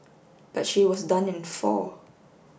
but she was done in four